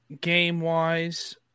game-wise